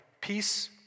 Peace